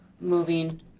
moving